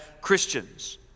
Christians